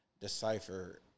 decipher